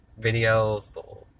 videos